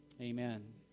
amen